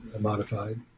modified